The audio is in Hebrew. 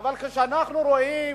אבל כשאנחנו רואים